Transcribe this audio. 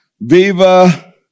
viva